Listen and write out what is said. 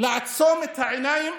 לעצום את העיניים,